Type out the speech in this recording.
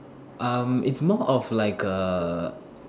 um it's more of like a